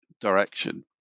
direction